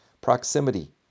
proximity